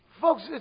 Folks